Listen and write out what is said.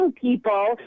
people